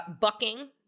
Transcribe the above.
bucking